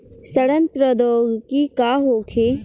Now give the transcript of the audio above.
सड़न प्रधौगकी का होखे?